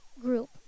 group